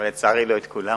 אבל לצערי לא את כולם.